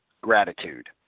gratitude